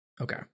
Okay